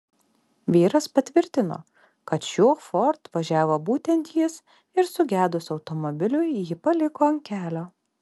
vyras patvirtino kad šiuo ford važiavo būtent jis ir sugedus automobiliui jį paliko ant kelio